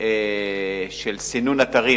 של סינון אתרים.